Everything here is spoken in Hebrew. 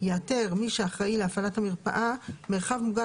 יאתר מי שאחראי להפעלת המרפאה מרחב מוגן